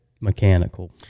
mechanical